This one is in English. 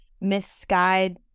misguide